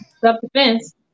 Self-defense